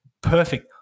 perfect